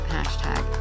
Hashtag